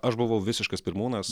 aš buvau visiškas pirmūnas